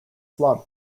slump